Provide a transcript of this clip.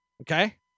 Okay